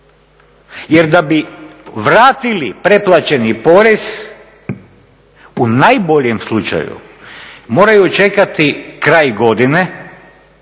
Jer da bi vratili preplaćeni porez u najboljem slučaju moraju čekati kraj godine